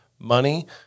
Money